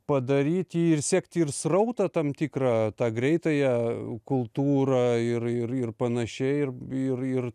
padaryt jį ir sekti ir srautą tam tikrą tą greitąją kultūrą ir ir ir panašiai ir ir ir